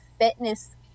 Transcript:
fitness